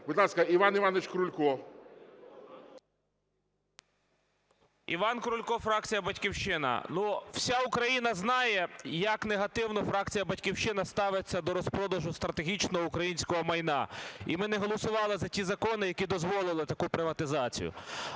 Будь ласка, Іван Іванович Крулько. 10:18:29 КРУЛЬКО І.І. Іван Крулько, фракція "Батьківщина". Ну, вся Україна знає, як негативно фракція "Батьківщина" ставиться до розпродажу стратегічного українського майна, і ми не голосували за ті закони, які дозволили таку приватизацію.